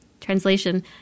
Translation